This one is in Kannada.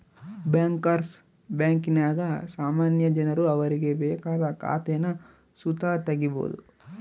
ಬ್ಯಾಂಕರ್ಸ್ ಬ್ಯಾಂಕಿನಾಗ ಸಾಮಾನ್ಯ ಜನರು ಅವರಿಗೆ ಬೇಕಾದ ಖಾತೇನ ಸುತ ತಗೀಬೋದು